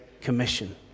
commission